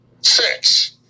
six